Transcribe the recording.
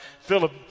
Philip